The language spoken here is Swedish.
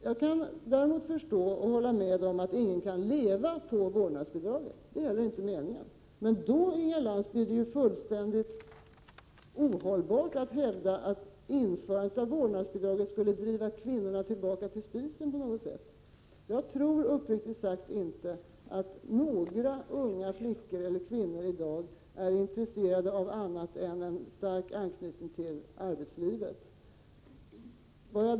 Jag kan däremot förstå och hålla med om att ingen kan leva på vårdnadsbidraget — det är inte heller meningen. Men det blir då fullständigt ohållbart, Inga Lantz, att hävda att införandet av vårdnadsbidrag skulle driva kvinnorna tillbaka till spisen. Jag tror uppriktigt sagt inte att några unga flickor eller kvinnor i dag är intresserade av annat än en stark anknytning till arbetslivet.